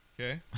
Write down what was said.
Okay